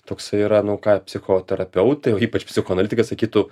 toksai yra nu ką psichoterapeutai o ypač psichoanalitikai sakytų